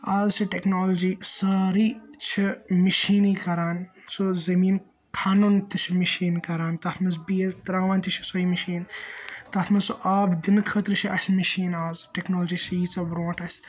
آز چھِ ٹیٚکنالجی سٲرٕے چھِ مِشینٕے کَران سُہ زٔمین کھنُن تہِ چھِ مِشیٖن کَران تَتھ منٛز بیلۍ تَراوان تہِ چھِ سۄے مِشیٖن تَتھ منٛز سُہ آب دِنہٕ خٲطرٕ چھ اَسہِ مِشیٖن آز ٹیٚکنالجی چھِ ییژھ برونٛٹھ اَسہِ تہٕ